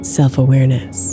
self-awareness